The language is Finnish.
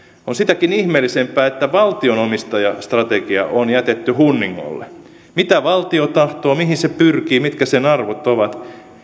on sitäkin ihmeellisempää että valtion omistajastrategia on jätetty hunningolle mitä valtio tahtoo mihin se pyrkii mitkä sen arvot ovat